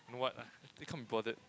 you know what I can't be bothered